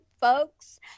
folks